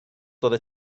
oeddet